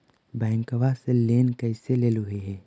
बैंकवा से लेन कैसे लेलहू हे?